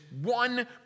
one